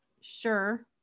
sure